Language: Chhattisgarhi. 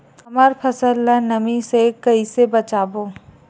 हमर फसल ल नमी से क ई से बचाबो?